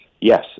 Yes